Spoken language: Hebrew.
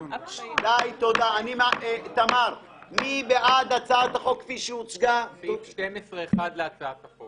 מי בעד סעיף 12 (1) להצעת החוק?